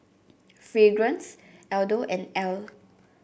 Fragrance Aldo and Elle